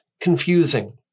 confusing